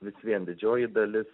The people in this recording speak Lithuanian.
vis vien didžioji dalis